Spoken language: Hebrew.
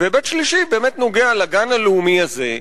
היבט שלישי נוגע לגן הלאומי הזה,